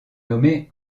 nommée